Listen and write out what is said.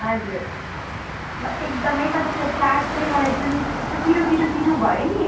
हजुर म एकदमै तपाईँको चाट चाहिँ मलाई जुन त्यो पिरो पिरो पिरो भयो नि